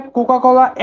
Coca-Cola